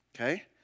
Okay